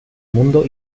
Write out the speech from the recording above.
mundo